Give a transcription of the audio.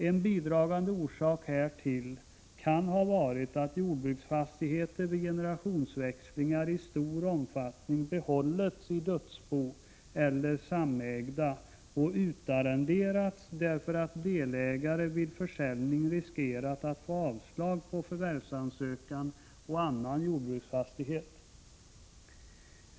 En bidragande orsak härtill kan ha varit att jordbruksfastigheter vid generationsväxlingar i stor omfattning behållits i dödsbo eller som samägda och utarrenderats därför att delägare vid försäljning riskerat att få avslag på förvärvsansökan å annan jordbruksfastighet.